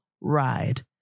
ride